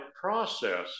process